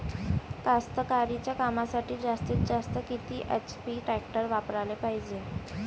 कास्तकारीच्या कामासाठी जास्तीत जास्त किती एच.पी टॅक्टर वापराले पायजे?